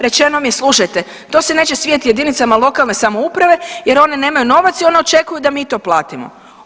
Rečeno mi je slušajte to se neće svidjeti jedinicama lokalne samouprave jer one nemaju novaca i one očekuju da mi to platimo.